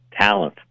talent